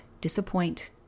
disappoint